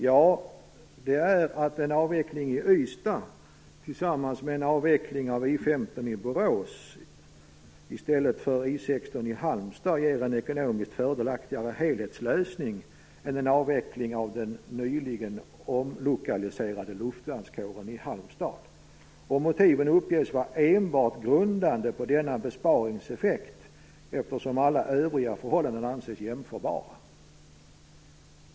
Jo, att en avveckling i Ystad tillsammans med en avveckling av I 15 i Borås, i stället för I 16 i Halmstad, ger en ekonomiskt fördelaktigare helhetslösning än en avveckling av den nyligen omlokaliserade luftvärnskåren i Halmstad. Motiven uppges vara enbart grundade på denna besparingseffekt, eftersom alla övriga förhållanden anses jämförbara.